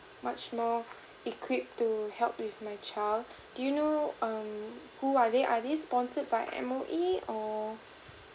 much more equip to help with my child do you know um who are they are they sponsored by M_O_E or